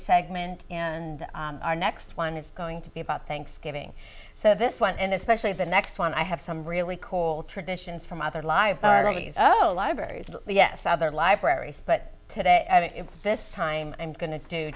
segment and our next one is going to be about thanksgiving so this one and especially the next one i have some really cool traditions from other live a lot of berries yes other libraries but today this time i'm going to do